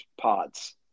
pods